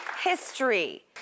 History